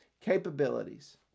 capabilities